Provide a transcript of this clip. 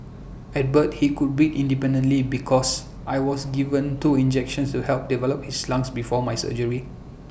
at birth he could breathe independently because I was given two injections to help develop his lungs before my surgery